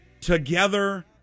together